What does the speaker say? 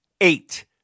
eight